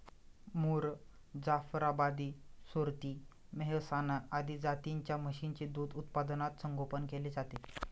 मुर, जाफराबादी, सुरती, मेहसाणा आदी जातींच्या म्हशींचे दूध उत्पादनात संगोपन केले जाते